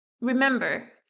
Remember